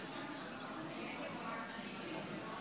אני קובע כי הצעת חוק